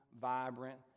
vibrant